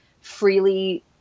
freely